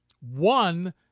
one